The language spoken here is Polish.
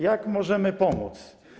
Jak możemy pomóc?